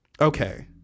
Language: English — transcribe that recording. Okay